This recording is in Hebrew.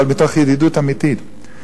אבל מתוך ידידות אמיתית: